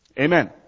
Amen